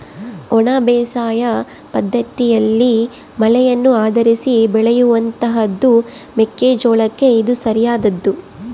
ಒಣ ಬೇಸಾಯ ಪದ್ದತಿಯಲ್ಲಿ ಮಳೆಯನ್ನು ಆಧರಿಸಿ ಬೆಳೆಯುವಂತಹದ್ದು ಮೆಕ್ಕೆ ಜೋಳಕ್ಕೆ ಇದು ಸರಿಯಾದದ್ದು